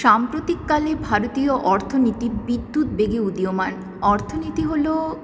সাম্প্রতিককালে ভারতীয় অর্থনীতি বিদ্যুৎ বেগে উদীয়মান অর্থনীতি হল